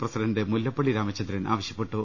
president Mullappally Ramachandran ആവശ്യപ്പെട്ടു